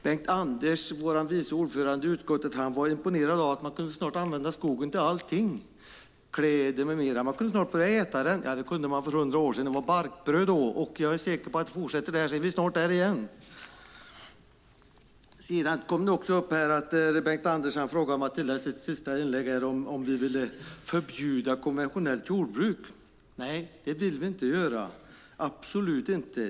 Bengt-Anders Johansson, vår vice ordförande i utskottet, var imponerad över att man kunde använda skogen till nästan allting, till kläder och annat. Man kunde snart börja äta den - ja, det kunde man redan för hundra år sedan då man åt barkbröd. Jag är säker på att om det här fortsätter är vi snart där igen. I sitt sista inlägg frågade Bengt-Anders om vi ville förbjuda konventionellt jordbruk. Nej, det vill vi inte göra, absolut inte.